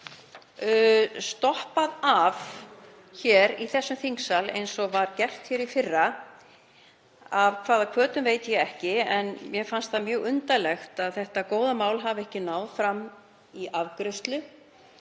stoppað hér í þingsal eins og var gert í fyrra, af hvaða hvötum veit ég ekki. En mér fannst það mjög undarlegt að þetta góða mál næði ekki fram til afgreiðslu.